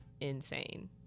insane